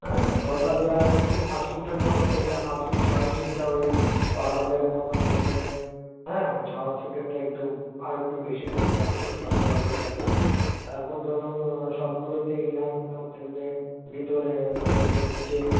হ্যাঁ দশ হাজার ওই পাঁচ ফুটের মতো যেটা পাঁচ ফুট ছ ইঞ্চিটা ওই বারো হাজারের মতো পড়বে হ্যাঁ ছ ফুটেরটা আর একটু বেশি পড়বে আঠারো সতেরো হাজার টাকা তারপর ধরুন সবগুলোতেই ইনার লক থাকবে ভিতরেই থাকবে নিচে